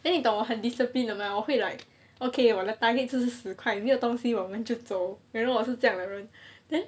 then 你懂我很 discipline 的 mah about 我会 like okay 我的 target 就是十块没有东西我们就走 you know 我是这样的人 then